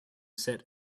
set